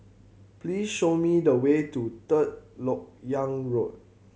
please show me the way to Third Lok Yang Road